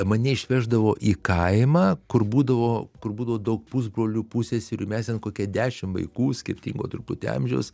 mane išveždavo į kaimą kur būdavo kur būdavo daug pusbrolių pusseserių mes ten kokie dešimt vaikų skirtingo truputį amžiaus